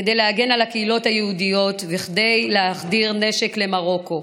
כדי להגן על הקהילות היהודיות וכדי להחדיר נשק למרוקו.